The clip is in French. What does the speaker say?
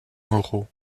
moreau